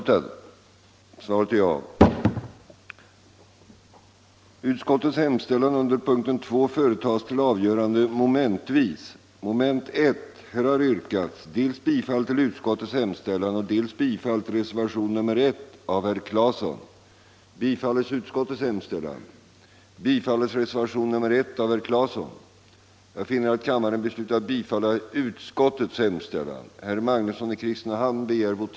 2. att riksdagen uttalade sig för att den kommunala beredskapsplanläggningen påskyndades och avslutades senast under budgetåret 1977/78.